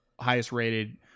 highest-rated